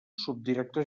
subdirector